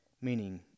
Meaning